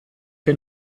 che